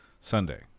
Sunday